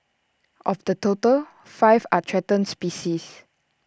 of the total five are threatened species